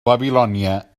babilònia